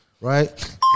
right